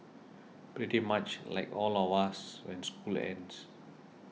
pretty much like all of us when school ends